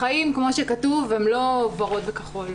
החיים, כמו שכתוב, הם לא ורוד וכחול.